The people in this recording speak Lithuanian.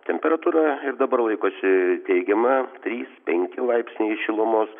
temperatūra dabar laikosi teigiama trys penki laipsniai šilumos